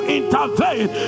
intervene